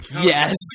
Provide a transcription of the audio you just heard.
Yes